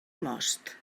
most